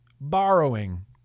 borrowing